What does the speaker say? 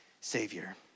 Savior